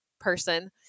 person